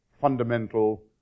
fundamental